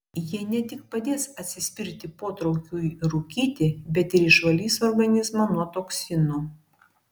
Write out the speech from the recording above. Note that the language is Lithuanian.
jie ne tik padės atsispirti potraukiui rūkyti bet ir išvalys organizmą nuo toksinų